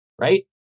right